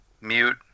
mute